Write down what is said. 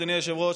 אדוני היושב-ראש,